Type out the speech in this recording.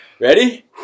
Ready